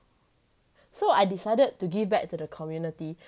so I decided to give back to the community